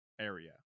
area